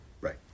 Right